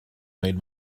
made